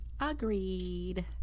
Agreed